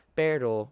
pero